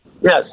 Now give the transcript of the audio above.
Yes